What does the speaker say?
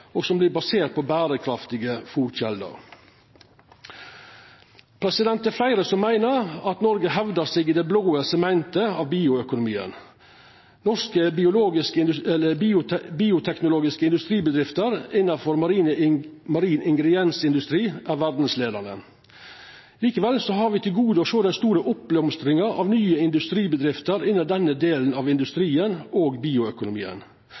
og fôr som vert basert på berekraftige fôrkjelder. Det er fleire som meiner at Noreg hevdar seg i det blå segmentet av bioøkonomien. Norske bioteknologiske industribedrifter innanfor marin ingrediensindustri er verdsleiande. Likevel har me til gode å sjå den store oppblomstringa av nye industribedrifter innan denne delen av industrien og bioøkonomien.